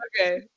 Okay